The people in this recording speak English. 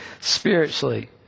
spiritually